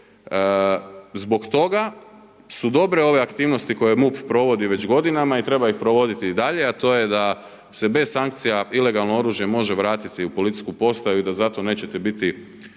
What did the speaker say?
Zbog toga su dobre ove aktivnosti koje MUP provodi već godinama i treba ih provoditi i dalje a to je da se bez sankcija ilegalno oružje može vratiti u policijsku postaju i da za to neće biti